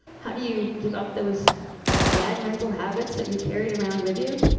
how do you give up those bad mental habits that you've carried around with you?